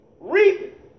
Reap